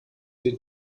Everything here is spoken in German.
den